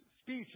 speech